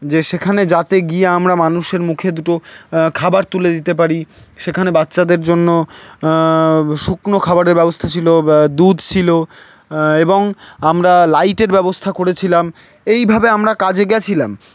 যে সেখানে যাতে গিয়ে আমরা মানুষের মুখে দুটো খাবার তুলে দিতে পারি সেখানে বাচ্চাদের জন্য শুকনো খাবারের ব্যবস্থা ছিলো দুধ ছিলো এবং আমরা লাইটের ব্যবস্থা করেছিলাম এইভাবে আমরা কাজে গেছিলাম